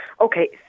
Okay